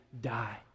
die